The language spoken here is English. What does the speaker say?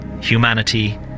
humanity